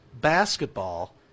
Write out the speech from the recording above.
basketball